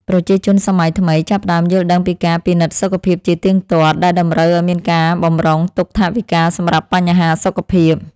ប្រជាជនសម័យថ្មីចាប់ផ្ដើមយល់ដឹងពីការពិនិត្យសុខភាពជាទៀងទាត់ដែលតម្រូវឱ្យមានការបម្រុងទុកថវិកាសម្រាប់បញ្ហាសុខភាព។